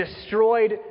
destroyed